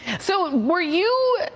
so were you,